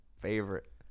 favorite